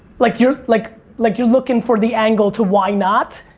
like you're like like you're looking for the angle to why not.